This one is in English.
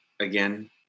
again